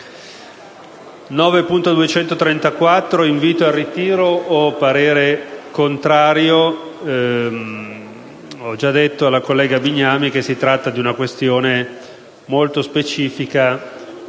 9.234 altrimenti il parere è contrario. Ho già detto alla collega Bignami che si tratta di una questione molto specifica